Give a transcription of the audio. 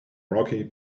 rocky